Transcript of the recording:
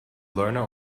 learner